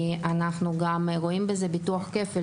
אנחנו גם רואים בזה ביטוח כפל,